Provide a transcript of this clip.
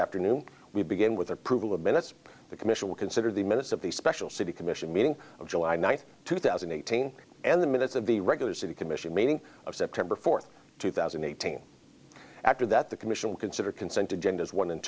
new we begin with approval of minutes the commission will consider the minutes of the special city commission meeting of july ninth two thousand and eighteen and the minutes of the regular city commission meeting of september fourth two thousand and eighteen after that the commission will consider consent agendas one and